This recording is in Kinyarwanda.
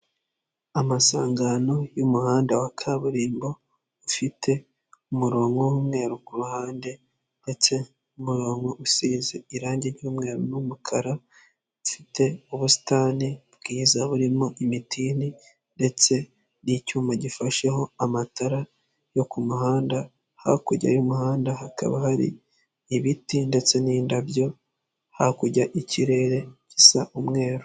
Amasangano y'umuhanda wa kaburimbo, ufite umurongo w'umweru ku ruhande ndetse n'umurongo usize irangi ry'umweru n'umukara, ufite ubusitani bwiza burimo imitini ndetse n'icyuma gifasheho amatara yo ku muhanda, hakurya y'umuhanda hakaba hari ibiti ndetse n'indabyo, hakurya ikirere gisa umweru.